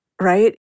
right